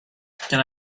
can